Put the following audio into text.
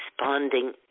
responding